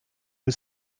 was